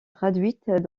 traduites